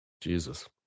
Jesus